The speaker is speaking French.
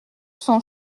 sont